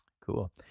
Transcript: Cool